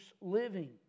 living